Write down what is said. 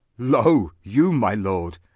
lo you my lord,